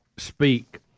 speak